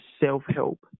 self-help